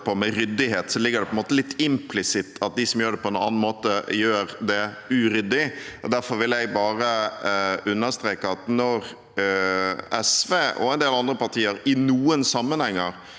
med ryddighet, ligger det på en måte litt implisitt at de som gjør det på en annen måte, gjør det uryddig. Derfor vil jeg bare understreke at når SV og en del andre partier i noen sammenhenger